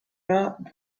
not